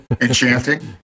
enchanting